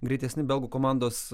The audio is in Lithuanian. greitesni belgų komandos